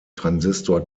transistor